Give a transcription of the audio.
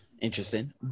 Interesting